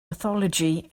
mythology